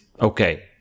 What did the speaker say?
okay